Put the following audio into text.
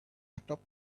atop